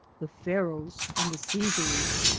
the pharaohs and the caesars?